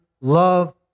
love